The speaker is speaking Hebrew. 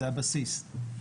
זה הבסיס.